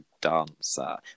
dancer